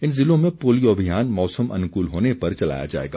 इन ज़िलों में पोलियो अभियान मौसम अनुकूल होने पर चलाया जाएगा